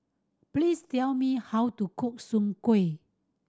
please tell me how to cook soon kway